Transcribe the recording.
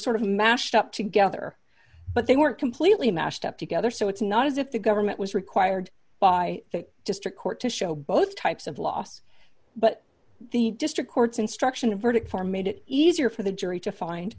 sort of mashed up together but they weren't completely mashed up together so it's not as if the government was required by district court to show both types of loss but the district courts instruction in verdict form made it easier for the jury